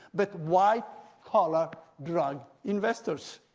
but why collar drug investors?